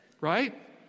Right